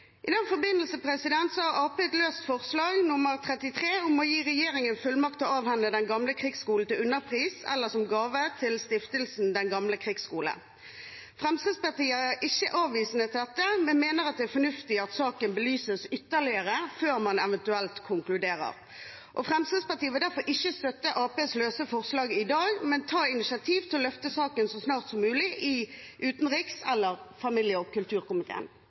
I den forbindelse har Arbeiderpartiet et løst forslag, nr. 33, om å gi regjeringen fullmakt til å avhende den gamle krigsskolen til underpris eller som gave til stiftelsen Den gamle krigsskole. Fremskrittspartiet er ikke avvisende til dette, men mener det er fornuftig at saken belyses ytterligere før man eventuelt konkluderer. Fremskrittspartiet vil derfor ikke støtte Arbeiderpartiets løse forslag i dag, men ta initiativ til å løfte saken så snart som mulig i utenrikskomiteen eller familie- og kulturkomiteen.